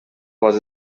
was